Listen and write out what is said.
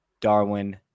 Darwin